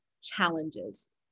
challenges